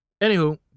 Anywho